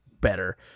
better